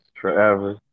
forever